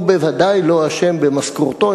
הוא בוודאי לא אשם במשכורתו.